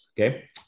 Okay